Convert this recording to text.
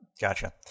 Gotcha